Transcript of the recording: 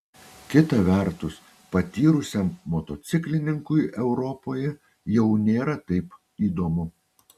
kita vertus patyrusiam motociklininkui europoje jau nėra taip įdomu